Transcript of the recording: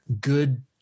good